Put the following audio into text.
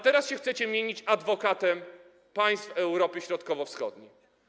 Teraz chcecie się mienić adwokatem państw Europy Środkowo-Wschodniej.